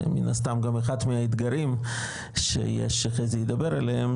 מן הסתם גם אחד מהאתגרים שחזי ידבר עליהם,